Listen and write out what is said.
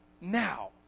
now